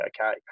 okay